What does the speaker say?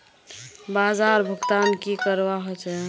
बाजार भुगतान की करवा होचे?